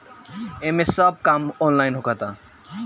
एमे सब काम ऑनलाइन होखता